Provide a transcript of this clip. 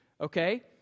okay